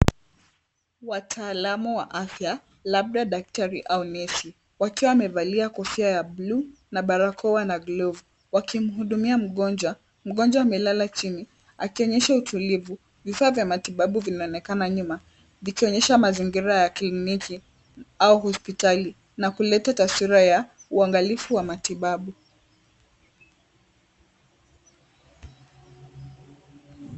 Wataalamu wa afya, labda daktari au nesi, wakiwa wamevalia kofia ya bluu na barakoa na glavu wakimhudumia mgonjwa. Mgonjwa amelala chini akionyesha utulivu. Vifaa vya matibabu vinaonekana nyuma vikionyesha mazingira ya kliniki au hospitali na kuleta taswira ya uangalifu wa matibabu.